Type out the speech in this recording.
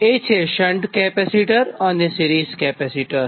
એ છેશન્ટ કેપેસિટર અને series capacitor